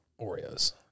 Oreos